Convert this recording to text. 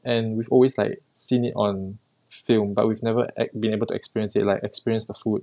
and we've always like seen it on film but we've never ab~ been able to experience it like experience the food